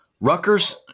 Rutgers